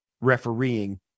refereeing